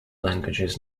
languages